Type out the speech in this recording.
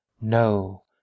No